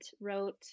wrote